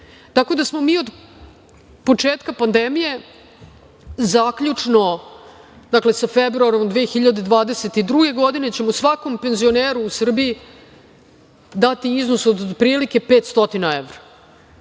tako da ćemo mi od početka pandemije, zaključno sa februarom 2022. godine, svakom penzioneru u Srbiji dati iznos otprilike 500 evra